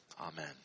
Amen